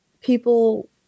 people